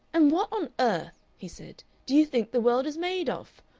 and what on earth, he said, do you think the world is made of?